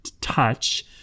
touch